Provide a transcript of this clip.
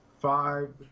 five